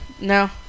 no